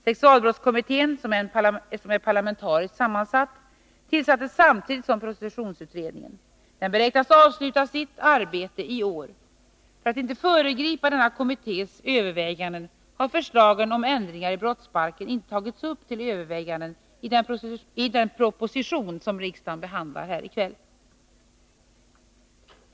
Sexualbrottskommittén, som är parlamentariskt sammansatt, tillsattes samtidigt som prostitutionsutredningen. Den beräknas avsluta sitt arbete i år. För att inte föregripa kommitténs överväganden har förslagen om ändringar i brottsbalken inte tagits upp till övervägande i den proposition riksdagen behandlar här i kväll.